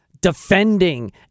defending